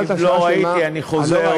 אם לא ראיתי, אני חוזר בי.